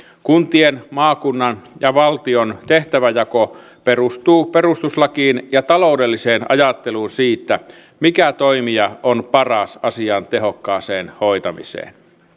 kuntien maakunnan ja valtion tehtävänjako perustuu perustuslakiin ja taloudelliseen ajatteluun siitä mikä toimija on paras asian tehokkaaseen hoitamiseen